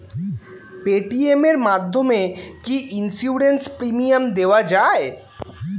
Paytm এর মাধ্যমে কি ইন্সুরেন্স প্রিমিয়াম দেওয়া যায়?